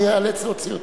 אני איאלץ להוציא אותך.